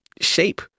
shape